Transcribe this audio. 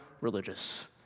religious